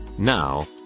Now